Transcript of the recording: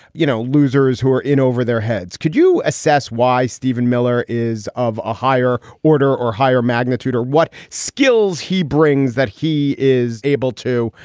you know, losers who are in over their heads. could you assess why steven miller is of a higher order or higher magnitude or what skills he brings that he is able to,